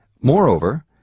Moreover